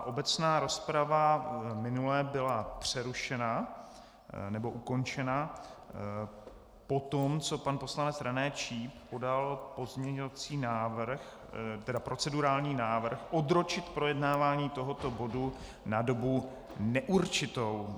Obecná rozprava minule byla přerušena, nebo ukončena poté, co pan poslanec René Číp podal pozměňovací návrh, tedy procedurální návrh odročit projednávání tohoto bodu na dobu neurčitou.